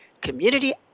community